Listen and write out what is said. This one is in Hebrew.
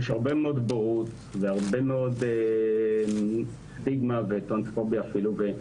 יש הרבה מאוד בורות והרבה מאוד סטיגמה וטרנספוביה אפילו,